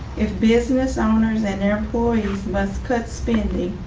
if business owners and employees must cut spending,